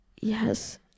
Yes